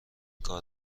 کار